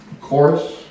chorus